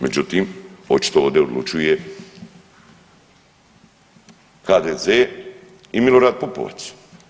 Međutim, očito ovdje odlučuje HDZ i Milorad Pupovac.